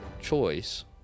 choice